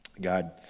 God